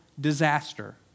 disaster